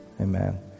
Amen